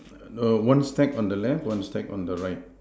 err one stack on the left one stack on the right